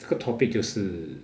这个 topic 就是